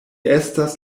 estas